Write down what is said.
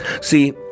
See